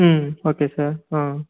ம் okay sir ம்